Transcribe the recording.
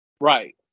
Right